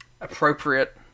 appropriate